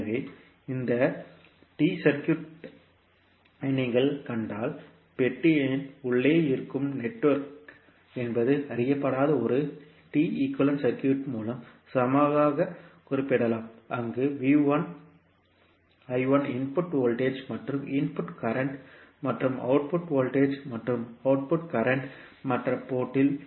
எனவே இந்த T circuit ஐ நீங்கள் கண்டால் பெட்டியின் உள்ளே இருக்கும் நெட்வொர்க் என்பது அறியப்படாத ஒரு T ஈக்குவேலன்ட் சர்க்யூட் மூலம் சமமாக குறிப்பிடப்படலாம் அங்கு VI I1 இன்புட் வோல்டேஜ் மற்றும் இன்புட் கரண்ட் மற்றும் அவுட்புட் வோல்டேஜ் மற்றும் அவுட்புட் கரண்ட் மற்ற போர்ட் இல்